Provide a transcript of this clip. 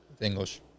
English